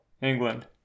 England